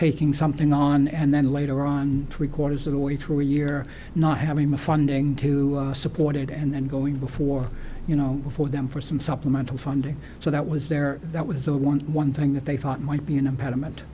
taking something on and then later on three quarters of the way through a year not having the funding to support it and then going before you know for them for some supplemental funding so that was there that was the one one thing that they thought might be an impediment